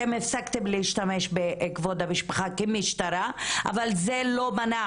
אתם הפסקתם להשתמש בכבוד המשפחה כמשטרה אבל זה לא מנע